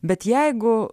bet jeigu